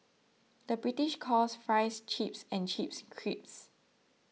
the British calls Fries Chips and Chips Crisps